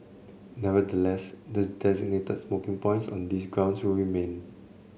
nevertheless the designated smoking points on these grounds will remain